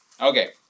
Okay